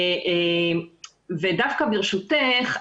ברשותך,